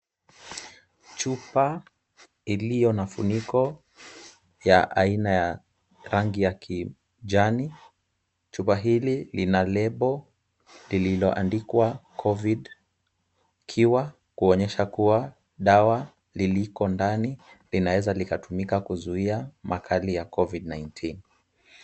Chupa iliyo na funiko ya aina ya rangi ya kijani. Chupa hili lina lebo lililoandikwa Covid cure , kuonyesha kuwa dawa liliko ndani linaweza likatumika kuzuia makali ya Covid-19 .